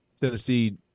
Tennessee